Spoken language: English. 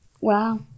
Wow